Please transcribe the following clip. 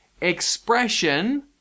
expression